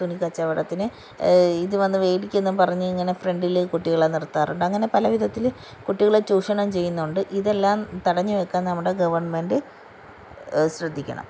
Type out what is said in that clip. തുണി കച്ചവടത്തിന് ഇത് വന്ന് വേടിക്കെന്നു പറഞ്ഞ് ഇങ്ങനെ ഫ്രെണ്ടിൽ കുട്ടികളെ നിർത്താറുണ്ട് അങ്ങനെ പല വിധത്തിൽ കുട്ടികളെ ചൂഷണം ചെയ്യുന്നുണ്ട് ഇതെല്ലാം തടഞ്ഞു വെക്കാൻ നമ്മുടെ ഗെവൺമെൻറ്റ് ശ്രദ്ധിക്കണം